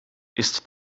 ist